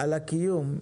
על הקיום.